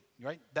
right